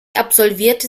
absolvierte